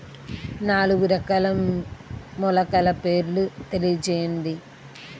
నాలుగు రకాల మొలకల పేర్లు తెలియజేయండి?